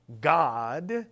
God